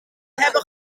hebben